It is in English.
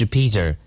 Peter